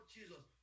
Jesus